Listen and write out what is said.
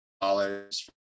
dollars